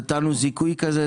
נתנו זיכוי כזה.